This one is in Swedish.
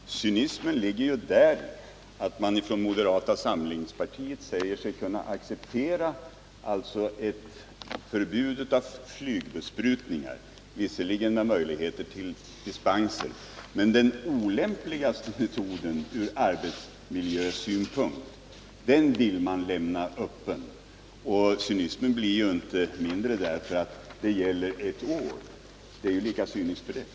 Fru talman! Cynismen ligger ju däri att moderata samlingspartiet säger sig kunna acceptera ett förbud mot flygbesprutningar — visserligen med möjligheter till dispenser — men den olämpligaste metoden ur arbetsmiljösynpunkt vill man lämna öppen. Cynismen blir inte mindre för att det gäller ett år. Inställningen är lika Nr 148 cynisk för det.